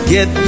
Get